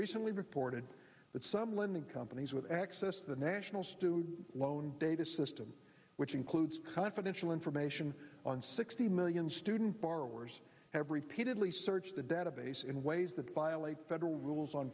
recently reported that some lending companies with access the national student loan data system which includes confidential information on sixty million student borrowers have repeatedly searched the database in ways that violate federal rules on